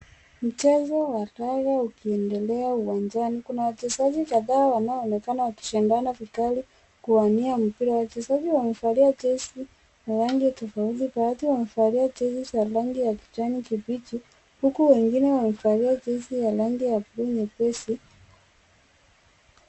Mchezo wa raga ukiendelea uwanjani. Kuna wachezaji kadhaa wanaoonekana wakishindana vikali kuwania mpira. Wachezaji wamevalia jezi ya rangi tofauti. Baadhi wamevalia jezi za rangi ya kijani kibichi huku wengine wakivaa jezi ya rangi ya bluu nyepesi.